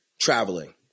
traveling